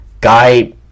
guy